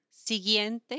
siguiente